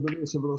אדוני היושב-ראש,